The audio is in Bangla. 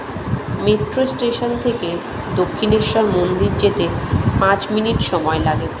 মেট্রো স্টেশন থেকে দক্ষিণেশ্বর মন্দির যেতে পাঁচ মিনিট সময় লাগে